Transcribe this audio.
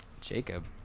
Jacob